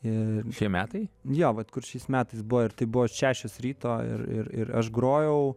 ir šie metai jo vat kur šiais metais buvo ir tai buvo šešios ryto ir ir aš grojau